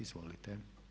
Izvolite.